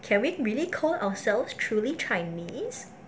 can we really did we ourselves truly chinese